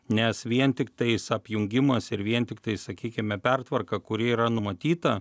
nes vien tiktais apjungimas ir vien tiktai sakykime pertvarka kuri yra numatyta